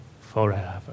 forever